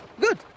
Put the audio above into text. Good